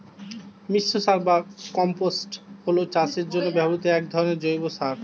মিশ্র সার বা কম্পোস্ট হল চাষের জন্য ব্যবহৃত এক ধরনের জৈব সার